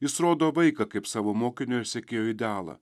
jis rodo vaiką kaip savo mokiniui sekėjo idealą